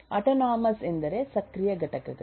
autonomous ಎಂದರೆ ಸಕ್ರಿಯ ಘಟಕಗಳು